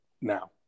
now